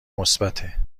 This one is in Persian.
مثبته